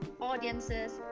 audiences